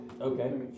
Okay